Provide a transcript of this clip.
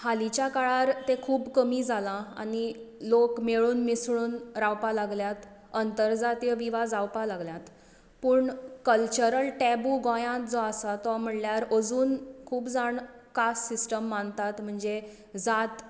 हालींच्या काळार तें खूब कमी जालां आनी लोक मेळून मिसळून रावपाक लागल्यात आंतर जातीय विवाह जावपाक लागल्यात पूण कल्चरल टेबू गोंयांत जो आसा तो म्हणल्यार अजून खूब जाण कास्ट सिस्टम मानतात म्हणजे जात